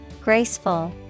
Graceful